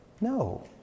No